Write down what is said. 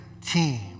team